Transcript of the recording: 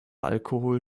alkohol